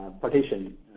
partition